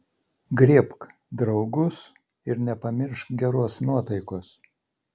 griebk draugus ir nepamiršk geros nuotaikos